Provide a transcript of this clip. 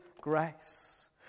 grace